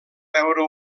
veure